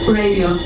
radio